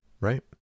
right